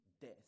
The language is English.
death